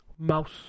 Mouse